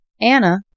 Anna